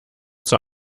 zur